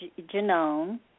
genome